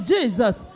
Jesus